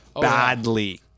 badly